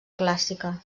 clàssica